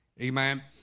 Amen